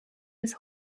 his